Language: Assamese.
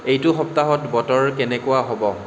এইটো সপ্তাহত বতৰ কেনেকুৱা হ'ব